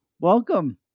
welcome